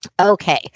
Okay